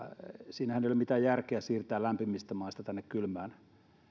siinähän ei ole mitään järkeä että siirretään lämpimistä maista tänne kylmään